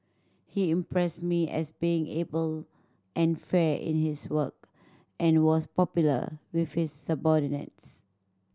he impressed me as being able and fair in his work and was popular with his subordinates